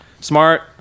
smart